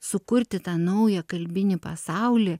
sukurti tą naują kalbinį pasaulį